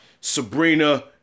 Sabrina